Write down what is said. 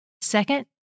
Second